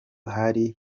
hari